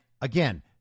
again